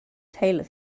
tailor